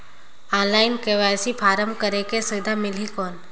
Online KYC form करेके सुविधा मिली कौन?